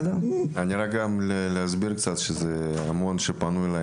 המון מאמנים פנו אליי